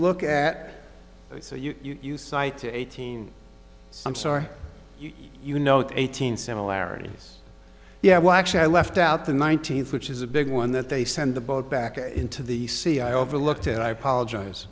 look at it so you you cite eighteen i'm sorry you know the eighteen similarities yeah well actually i left out the nineteenth which is a big one that they send the boat back into the sea i overlooked and i apologize